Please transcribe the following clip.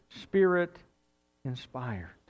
Spirit-inspired